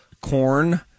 corn